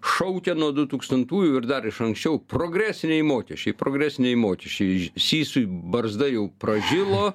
šaukia nuo dutūkstantųjų ir dar iš anksčiau progresiniai mokesčiai progresiniai mokesčiai sysui barzda jau pražilo